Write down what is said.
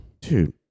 Dude